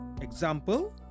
example